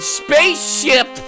spaceship